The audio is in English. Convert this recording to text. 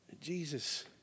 Jesus